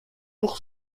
pour